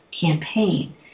campaign